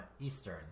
Eastern